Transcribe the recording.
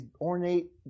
ornate